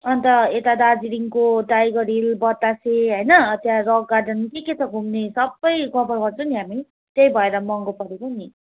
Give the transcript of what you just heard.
अन्त एता दार्जिलिङको टाइगर हिल बतासे होइन त्यहाँ रक गार्डन के के छ घुम्ने सबै कभर गर्छु नि हामी त्यही भएर महँगो परेको नि